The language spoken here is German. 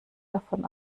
davon